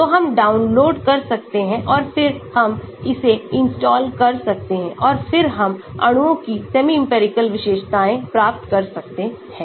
तो हम डाउनलोड कर सकते हैं और फिर हम इसे इंस्टॉल कर सकते हैं और फिर हम अणुओं की सेमी इंपिरिकल विशेषताएं प्राप्त कर सकते हैं